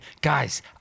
guys